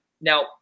Now